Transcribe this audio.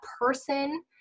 person